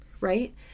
right